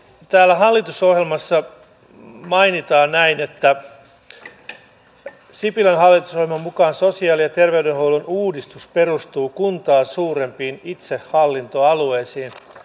täällä hallitusohjelmassa mainitaan näin että sipilän hallitusohjelman mukaan sosiaali ja terveydenhuollon uudistus perustuu kuntaa suurempiin itsehallintoalueisiin